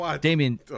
Damien